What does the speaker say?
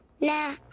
Nah